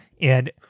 and-